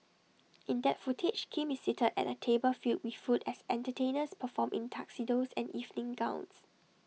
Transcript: in that footage Kim is seated at A table filled with food as entertainers perform in tuxedos and evening gowns